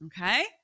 okay